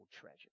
treasure